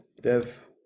dev